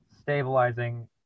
stabilizing